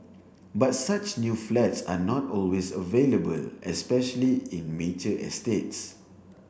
but such new flats are not always available especially in mature estates